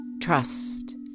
Trust